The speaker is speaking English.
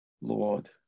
Lord